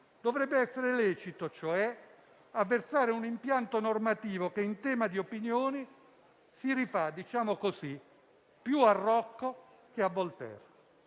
Dovrebbe essere lecito cioè avversare un impianto normativo che, in tema di opinioni, si rifà - diciamo così - più a Rocco che a Voltaire.